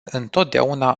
întotdeauna